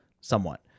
somewhat